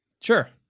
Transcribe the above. Sure